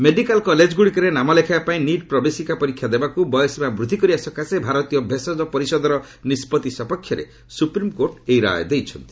medical କଲେଜଗୁଡ଼ିକରେ ନାମ ଲେଖାଇବା ପାଇଁ ନିଟ୍ ପ୍ରବେଶିକା ପରୀକ୍ଷା ଦେବାକୁ ବୟସସୀମା ବୃଦ୍ଧି କରିବା ସକାଶେ ଭାରତୀୟ ଭେଷଜ ପରିଷଦର ନିଷ୍ପତ୍ତି ସପକ୍ଷରେ ସୁପ୍ରିମ୍କୋର୍ଟ ଏହି ରାୟ ଦେଇଛନ୍ତି